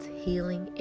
healing